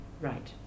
Right